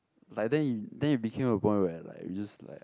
like then it then it became a point where like we just like